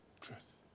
truth